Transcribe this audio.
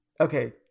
Okay